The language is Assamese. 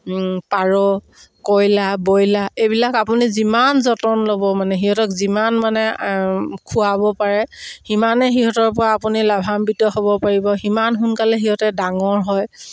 পাৰ কয়লাৰ ব্ৰইলাৰ এইবিলাক আপুনি যিমান যতন ল'ব মানে সিহঁতক যিমান মানে খুৱাব পাৰে সিমানেই সিহঁতৰ পৰা আপুনি লাভাম্বিত হ'ব পাৰিব সিমান সোনকালে সিহঁতে ডাঙৰ হয়